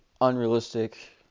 Unrealistic